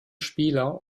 spieler